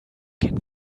can